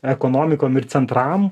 ekonomikom ir centram